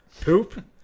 poop